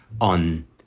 on